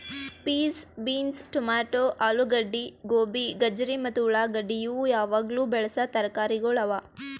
piece, beans, tomato, ಆಲೂಗಡ್ಡಿ, ಗೋಬಿ, ಗಜರಿ ಮತ್ತ ಉಳಾಗಡ್ಡಿ ಇವು ಯಾವಾಗ್ಲೂ ಬೆಳಸಾ ತರಕಾರಿಗೊಳ್ ಅವಾ